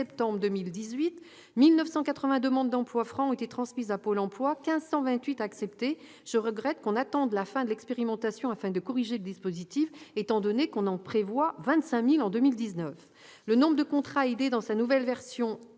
septembre 2018, 1 980 demandes d'emplois francs ont été transmises à Pôle emploi et 1 528 ont été acceptées. Je regrette qu'on attende la fin de l'expérimentation avant de corriger le dispositif étant donné que 25 000 demandes sont prévues pour 2019. Le nombre de contrats aidés dans sa nouvelle version